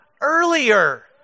earlier